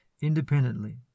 independently